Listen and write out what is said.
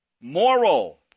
Moral